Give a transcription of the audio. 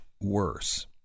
worse